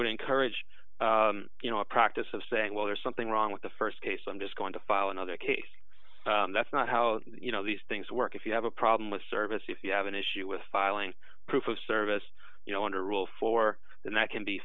would encourage you know a practice of saying well there's something wrong with the st case i'm just going to file another case that's not how you know these things work if you have a problem with service if you have an issue with filing proof of service you know under rule for then that can be